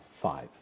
five